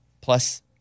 Plus